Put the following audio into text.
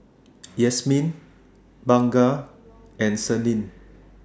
Yasmin Bunga and Senin